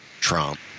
Trump